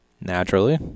naturally